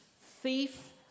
thief